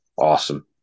Awesome